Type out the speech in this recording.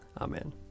Amen